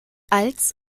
als